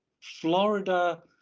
Florida